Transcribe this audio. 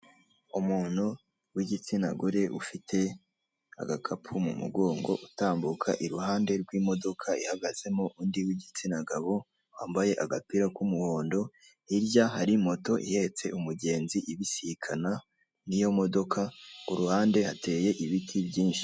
Umuntu w'igitsinagore ufite agakapu mu mugongo utambuka iruhande rw'imodoka ihagazemo undi w'igitsinagabo yambaye agapira k'umuhondo, hirya hari moto ihetse umugenzi ibisikana n'iyo modoka uruhande hateye ibiti byinshi.